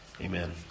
Amen